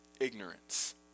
ignorance